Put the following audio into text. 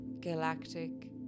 Galactic